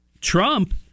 Trump